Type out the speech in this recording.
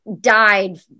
died